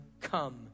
come